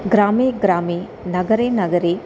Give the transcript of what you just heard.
ग्रामे ग्रामे नगरे नगरे